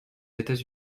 états